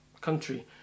country